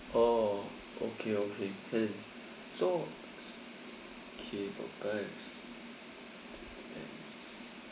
oh okay okay can so cable